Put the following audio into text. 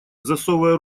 засовывая